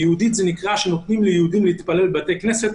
ויהודית הכוונה שנותנים ליהודים להתפלל בבתי כנסת,